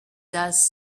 dust